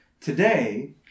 Today